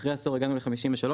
אחרי עשור הגענו ל53.5%,